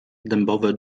dębowe